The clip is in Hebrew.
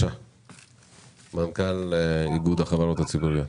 מנכ"ל איגוד החברות הציבוריות.